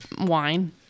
wine